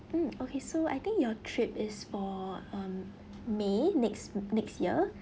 mm okay so I think your trip is for um may next next year